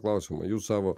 klausimą jūs savo